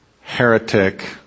heretic